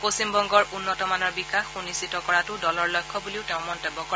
পশ্চিমবংগৰ উন্নতমানৰ বিকাশ সুনিশ্চিত কৰাটো আমাৰ লক্ষ্য বুলিও তেওঁ মন্তব্য কৰে